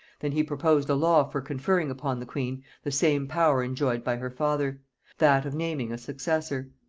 than he proposed a law for conferring upon the queen the same power enjoyed by her father that of naming a successor.